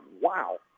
Wow